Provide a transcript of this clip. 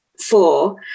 four